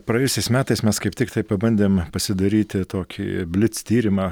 praėjusiais metais mes kaip tiktai pabandėm pasidaryti tokį blic tyrimą